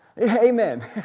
Amen